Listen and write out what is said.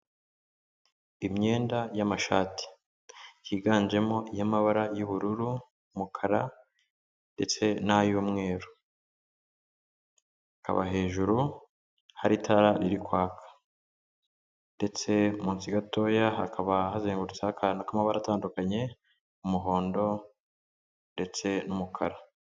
Imyenda y'amashati yiganjemo iy'amabara y'ubururu, umukara ndetse n’ay'umweru, hakaba hejuru hari itara riri kwaka ndetse munsi gatoya hakaba hazengurutse akantu k’amabara atandukanye, umuhondo ndetse n'umukara.